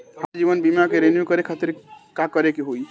हमार जीवन बीमा के रिन्यू करे खातिर का करे के होई?